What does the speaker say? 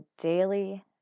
daily